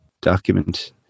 document